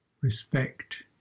respect